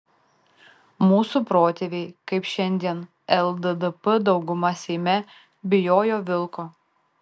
mūsų protėviai kaip šiandien lddp dauguma seime bijojo vilko